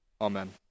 Amen